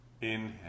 inhale